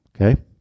okay